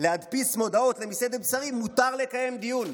טבעוני להדפיס מודעות למסעדת בשרים מותר לקיים דיון.